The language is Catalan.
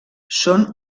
són